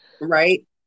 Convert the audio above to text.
Right